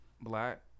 black